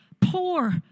poor